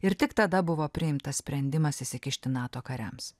ir tik tada buvo priimtas sprendimas įsikišti nato kariams